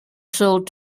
sold